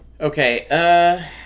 Okay